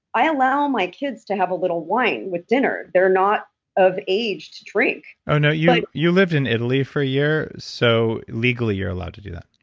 i allow my kids to have a little wine with dinner. they're not of age to drink and you like you lived in italy for a year, so legally you're allowed to do that